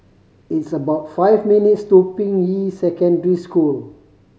it's about five minutes' to Ping Yi Secondary School